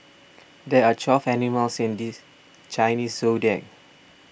there are twelve animals in this Chinese zodiac